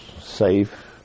safe